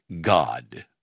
God